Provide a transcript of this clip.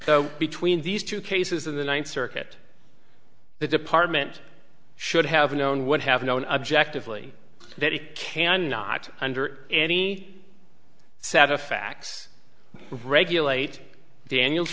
so between these two cases in the ninth circuit the department should have known would have known objectively that it cannot under any set of facts regulate daniel